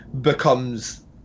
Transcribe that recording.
becomes